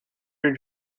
your